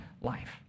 life